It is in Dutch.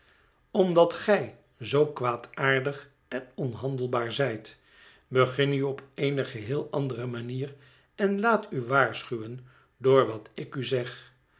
omdat gij zoo kwaadaardig en onhandelbaar zijt begin nu op eene geheel andere manier en laat u waarschuwen door wat ik u zeg